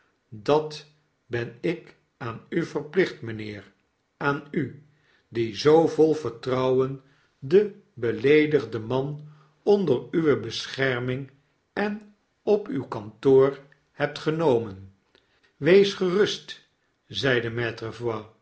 dat ben ik aan u verplicht mynheer aan u die zoo vol vertrouwen den beleedigden man onder uwe bescherming en op uw kantoor hebt genomen wees gerust zeide